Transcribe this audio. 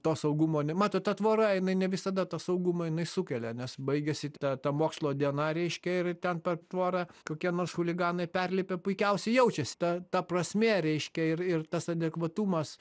to saugumo ne matot ta tvora jinai ne visada tą saugumą jinai sukelia nes baigiasi ta ta mokslo diena reiškia ir ten per tvorą kokie nors chuliganai perlipę puikiausiai jaučiasi ta ta prasmė reiškia ir ir tas adekvatumas